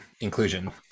inclusion